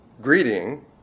greeting